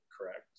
correct